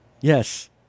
Yes